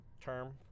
term